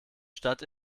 stadt